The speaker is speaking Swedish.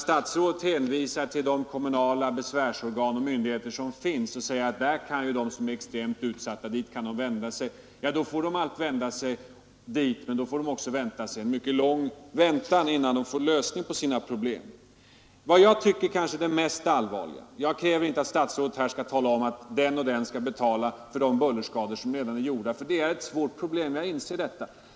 Statsrådet hänvisar till de kommunala besvärsorgan och myndigheter som finns och säger att dit kan ju de som är extremt utsatta vända sig. Men då får de också bereda sig på en mycket lång väntan innan de får sina problem lösta. Jag kräver inte att herr statsrådet här skall tala om att den och den skall betala för de bullerskador som redan är gjorda, för det är ett svårt problem — jag inser detta.